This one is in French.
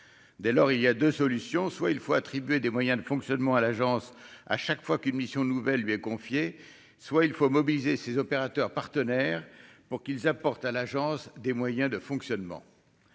dès lors, il y a 2 solutions : soit il faut attribuer des moyens de fonctionnement à l'agence, à chaque fois qu'une mission nouvelle lui est confié soit il faut mobiliser ses opérateurs partenaires pour qu'ils apportent à l'agence des moyens de fonctionnement,